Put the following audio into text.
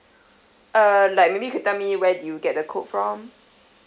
uh like maybe you can tell me where did you get the code from